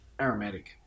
aromatic